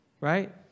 right